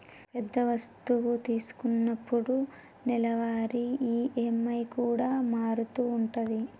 పెద్ద వస్తువు తీసుకున్నప్పుడు నెలవారీ ఈ.ఎం.ఐ కూడా మారుతూ ఉంటది